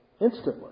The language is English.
Instantly